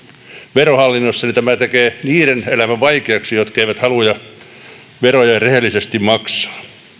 verohallinnossa tämä tekee niiden elämän vaikeaksi jotka eivät halua veroja rehellisesti maksaa